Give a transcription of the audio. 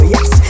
Yes